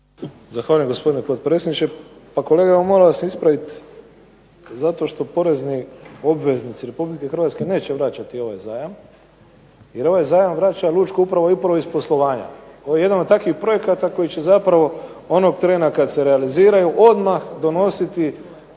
Zahvaljujem gospodine potpredsjedniče. Pa kolega moram vas ispraviti zato što porezni obveznici Republike Hrvatske neće vraćati ovaj zajam, jer ovaj zajam vraća Lučka uprava i upravo iz poslovanja. Ovo je jedan od takvih projekata koji će zapravo onog trena kad se realiziraju odmah donositi